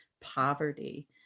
poverty